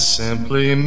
simply